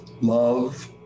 Love